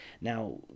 Now